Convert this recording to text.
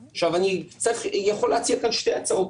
עכשיו, אני יכול להציע כאן שתי הצעות.